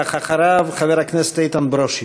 אחריו חבר הכנסת איתן ברושי.